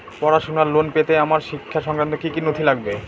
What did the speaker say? পড়াশুনোর লোন পেতে আমার শিক্ষা সংক্রান্ত কি কি নথি লাগবে?